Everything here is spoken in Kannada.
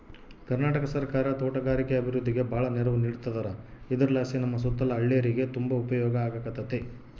ಕರ್ನಾಟಕ ಸರ್ಕಾರ ತೋಟಗಾರಿಕೆ ಅಭಿವೃದ್ಧಿಗೆ ಬಾಳ ನೆರವು ನೀಡತದಾರ ಇದರಲಾಸಿ ನಮ್ಮ ಸುತ್ತಲ ಹಳ್ಳೇರಿಗೆ ತುಂಬಾ ಉಪಯೋಗ ಆಗಕತ್ತತೆ